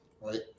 right